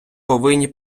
повинні